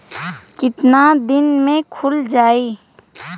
कितना दिन में खुल जाई?